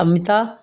Amita